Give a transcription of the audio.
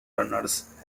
runners